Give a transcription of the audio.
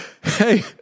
hey